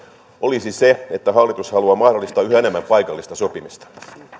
olisi se että hallitus haluaa mahdollistaa yhä enemmän paikallista sopimista